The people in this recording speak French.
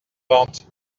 ventes